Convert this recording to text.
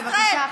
בבקשה.